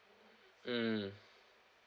mm